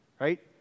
right